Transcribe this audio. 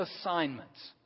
assignments